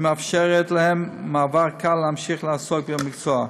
הוא מאפשר להם מעבר קל ולהמשיך לעסוק במקצוע.